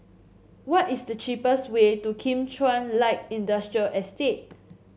what is the cheapest way to Kim Chuan Light Industrial Estate